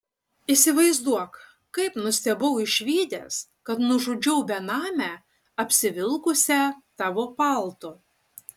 įsivaizduok kaip nustebau išvydęs kad nužudžiau benamę apsivilkusią tavo paltu